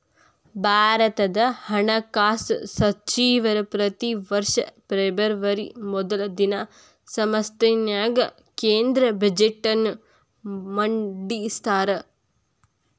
ಭಾರತದ ಹಣಕಾಸ ಸಚಿವರ ಪ್ರತಿ ವರ್ಷ ಫೆಬ್ರವರಿ ಮೊದಲ ದಿನ ಸಂಸತ್ತಿನ್ಯಾಗ ಕೇಂದ್ರ ಬಜೆಟ್ನ ಮಂಡಿಸ್ತಾರ